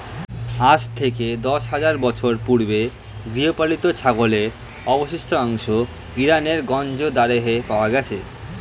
আজ থেকে দশ হাজার বছর পূর্বে গৃহপালিত ছাগলের অবশিষ্টাংশ ইরানের গঞ্জ দারেহে পাওয়া গেছে